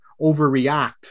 overreact